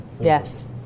Yes